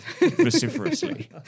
vociferously